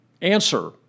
Answer